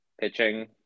pitching